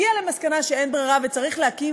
הגיעה למסקנה שאין ברירה וצריך להקים